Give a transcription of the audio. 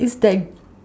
it's that